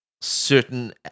certain